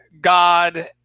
God